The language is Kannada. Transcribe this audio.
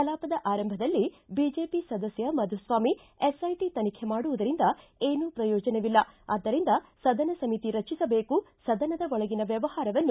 ಕಲಾಪದ ಆರಂಭದಲ್ಲಿ ಬಿಜೆಪಿ ಸದಸ್ಯ ಮಧುಸ್ವಾಮಿ ಎಸ್ಐಟಿ ತನಿಖೆ ಮಾಡುವುದರಿಂದ ಏನೂ ಶ್ರಯೋಜನವಿಲ್ಲ ಆದ್ದರಿಂದ ಸದನ ಸಮಿತಿ ರಚಿಸಬೇಕು ಸದನದ ಒಳಗಿನ ವ್ವವಹಾರವನ್ನು